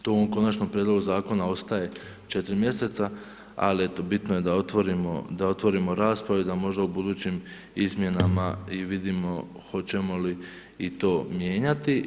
Tu u ovom konačnom prijedlogu zakona ostaj 4 mjeseca, ali eto bitno je da otvorimo raspravu i da možda u budućim izmjenama i vidimo hoćemo li i to mijenjati.